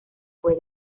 fue